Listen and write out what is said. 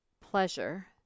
pleasure